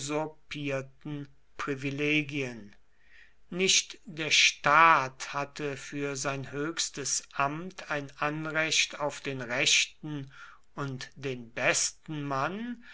usurpierten privilegien nicht der staat hatte für sein höchstes amt ein anrecht auf den rechten und den besten mann